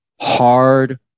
hard